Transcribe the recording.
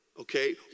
Okay